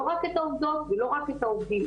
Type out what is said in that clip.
לא רק את העובדות ולא רק את העובדים.